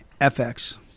FX